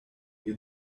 you